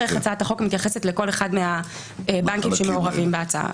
איך הצעת החוק מתייחסת לכל אחד מהבנקים שמעורבים בהצעה.